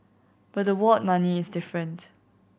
but the ward money is different